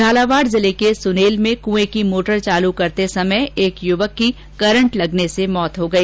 झालावाड़ जिले के सुनेल में कुए की मोटर चालू करते समय युवक की करंट लगने से मौत हो गई